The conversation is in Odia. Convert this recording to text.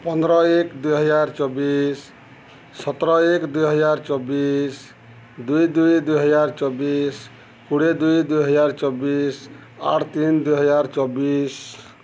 ପନ୍ଦର ଏକ ଦୁଇହଜାର ଚବିଶ ସତର ଏକ ଦୁଇହଜାର ଚବିଶ ଦୁଇ ଦୁଇ ଦୁଇହଜାର ଚବିଶ କୋଡ଼ିଏ ଦୁଇ ଦୁଇହଜାର ଚବିଶ ଆଠ ତିନି ଦୁଇହଜାର ଚବିଶ